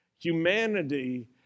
Humanity